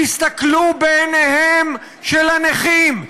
תסתכלו בעיניהם של הנכים,